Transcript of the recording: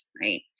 right